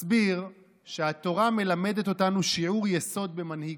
מסביר שהתורה מלמדת אותנו שיעור יסוד במנהיגות: